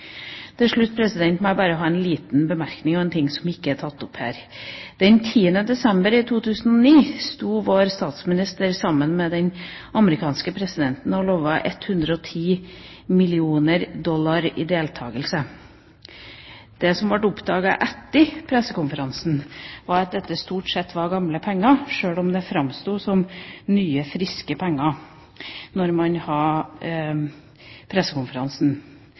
Til slutt må jeg bare gi en liten bemerkning på en ting som ikke er tatt opp her. Den 10. desember i 2009 sto vår statsminister sammen med den amerikanske presidenten og lovte 110 mill. USD i deltakelse. Det som ble oppdaget etter pressekonferansen, var at dette stort sett var gamle penger, sjøl om det framsto som nye, friske penger da man hadde pressekonferansen.